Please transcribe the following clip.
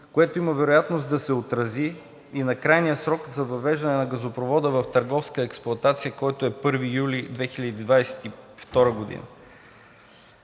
което има вероятност да се отрази и на крайния срок за въвеждане на газопровода в търговска експлоатация, който е 1 юли 2022 г.